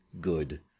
good